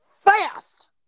fast